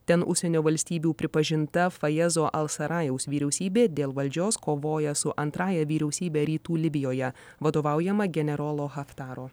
ten užsienio valstybių pripažinta fajezo al sarajaus vyriausybė dėl valdžios kovoja su antrąja vyriausybe rytų libijoje vadovaujama generolo haftaro